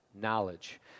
Knowledge